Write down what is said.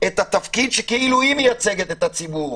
את התפקיד שכאילו היא מייצגת את הציבור.